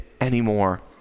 anymore